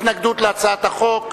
התנגדות להצעת החוק.